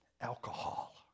alcohol